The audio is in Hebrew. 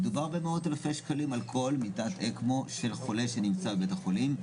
מדובר במאות אלפי שקלים על כל מיטת אקמו של חולה שנמצא בבית החולים.